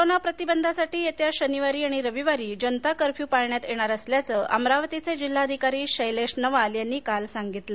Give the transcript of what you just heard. corona प्रतिबंधासाठी येत्या शनिवारी आणि रविवारी जनता कर्फ्यू पाळण्यात येणार असल्याचं अमरावतीचे जिल्हाधिकारी शैलेश नवाल यांनी काल सांगितले